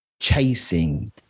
chasing